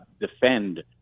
defend